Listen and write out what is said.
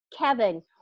kevin